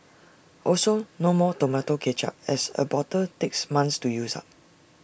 also no more Tomato Ketchup as A bottle takes months to use up